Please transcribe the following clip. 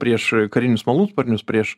prieš karinius malūnsparnius prieš